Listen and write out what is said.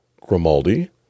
Grimaldi